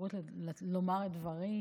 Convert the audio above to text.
האפשרות לומר דברים.